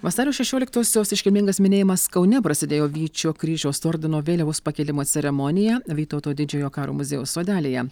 vasario šešioliktosios iškilmingas minėjimas kaune prasidėjo vyčio kryžiaus ordino vėliavos pakėlimo ceremonija vytauto didžiojo karo muziejaus sodelyje